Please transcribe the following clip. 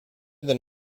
than